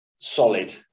solid